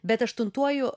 bet aštuntuoju